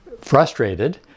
frustrated